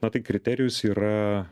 na tai kriterijus yra